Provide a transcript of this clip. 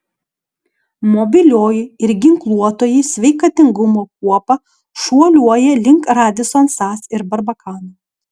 mobilioji ir ginkluotoji sveikatingumo kuopa šuoliuoja link radisson sas ir barbakano